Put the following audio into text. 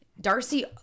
Darcy